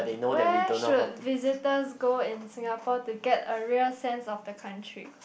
where should visitors go in Singapore to get a real sense of the country